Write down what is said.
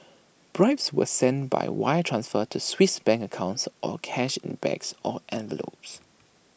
bribes were sent by wire transfer to Swiss bank accounts or cash in bags or envelopes